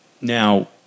Now